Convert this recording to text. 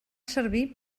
servir